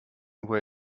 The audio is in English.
were